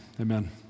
Amen